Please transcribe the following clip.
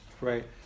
right